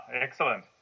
excellent